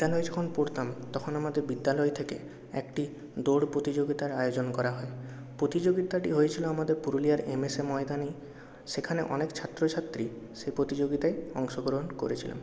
বিদ্যালয়ে যখন পড়তাম তখন আমাদের বিদ্যালয় থেকে একটি দৌড় প্রতিযোগিতার আয়োজন করা হয় প্রতিযোগিতাটি হয়েছিলো আমাদের পুরুলিয়ার এমএসএ ময়দানে সেখানে অনেক ছাত্রছাত্রী সেই প্রতিযোগিতায় অংশগ্রহণ করেছিলো